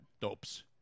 Dopes